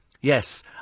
Yes